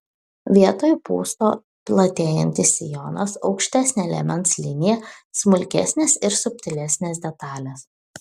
vietoj pūsto platėjantis sijonas aukštesnė liemens linija smulkesnės ir subtilesnės detalės